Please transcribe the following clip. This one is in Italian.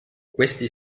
questi